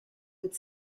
with